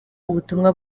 ubutumwa